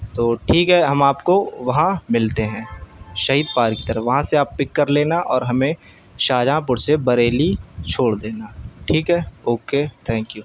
تو ٹھیک ہے ہم آپ کو وہاں ملتے ہیں شہید پارک کی طرف وہاں سے آپ پک کر لینا اور ہمیں شاہجہاں پور سے بریلی چھوڑ دینا ٹھیک ہے اوکے تھینک یو